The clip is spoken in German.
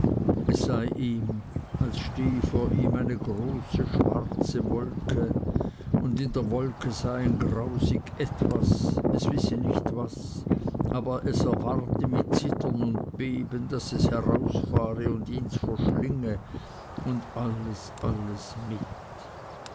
es sei ihm als stehe vor ihm eine große schwarze wolke und in der wolke ein grausig etwas es wisse nicht was aber es erwarte mit zittern und beben daß es herausfahre und ihns verschlinge und alles alles mit